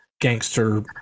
gangster